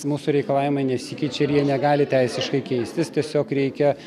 mūsų reikalavimai nesikeičia ir jie negali teisiškai keistis tiesiog reikia